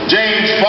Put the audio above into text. James